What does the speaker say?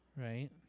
Right